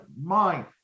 mind